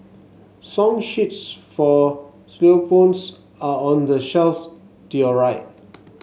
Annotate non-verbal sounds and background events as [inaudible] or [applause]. song sheets for [unintelligible] are on the shelf to your right